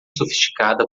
sofisticada